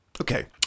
Okay